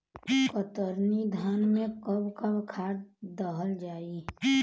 कतरनी धान में कब कब खाद दहल जाई?